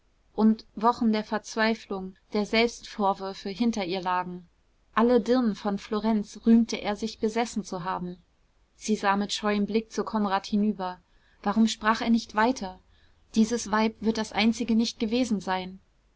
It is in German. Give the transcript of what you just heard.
und wochen der verzweiflung der selbstvorwürfe hinter ihr lagen alle dirnen von florenz rühmte er sich besessen zu haben sie sah mit scheuem blick zu konrad hinüber warum sprach er nicht weiter dieses weib wird das einzige nicht gewesen sein